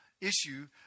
issue